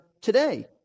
today